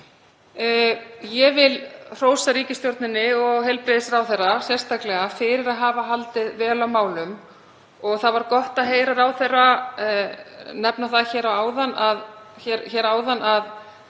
Ég hrósa ríkisstjórninni og heilbrigðisráðherra sérstaklega fyrir að hafa haldið vel á málum. Það var gott að heyra ráðherra nefna það áðan að